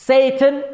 Satan